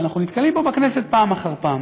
שאנחנו נתקלים בו בכנסת פעם אחר פעם.